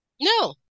No